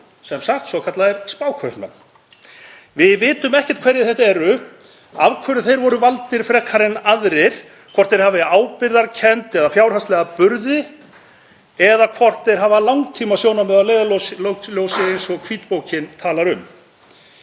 sem sagt svokallaðir spákaupmenn. Við vitum ekkert hverjir þetta eru, af hverju þeir voru valdir frekar en aðrir, hvort þeir hafi ábyrgðarkennd eða fjárhagslega burði eða hvort þeir hafi langtímasjónarmið að leiðarljósi eins og talað er um